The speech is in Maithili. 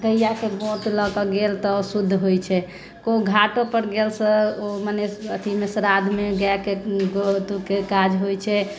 गैयाके गोत लऽ गेल तऽ ओ शुद्ध होइत छै कतहुँ घाटो पर गेल से ओ मने अथिमे श्राधोमे गायके गोतके काज होइत छै